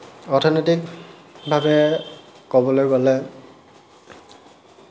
অৰ্থনৈতিকভাৱে ক'বলৈ গ'লে